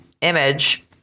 image